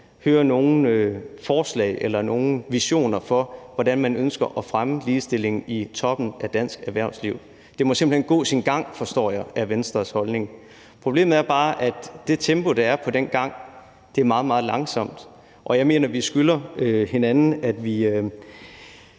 hører nogen forslag om eller nogen visioner for, hvordan man ønsker at fremme ligestillingen i toppen af dansk erhvervsliv. Det må simpelt hen gå sin gang, forstår jeg er Venstres holdning. Problemet er bare, at det tempo, der er på den gang, er meget, meget langsomt, og jeg mener, at vi skylder hinanden, at vi